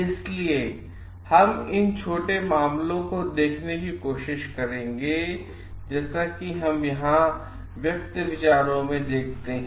इसलिए हम छोटे मामलों को देखने की कोशिश करेंगे जैसा कि हम यहाँ व्यक्त विचारों में देखते हैं